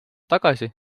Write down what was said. tagasi